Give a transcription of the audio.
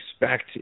expect